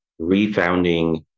refounding